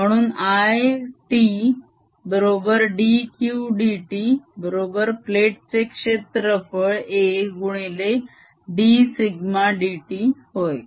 म्हणून I t बरोबर d q d t बरोबर प्लेट चे क्षेत्रफळ a गुणिले dσ dt होय